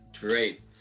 great